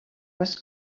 was